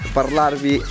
parlarvi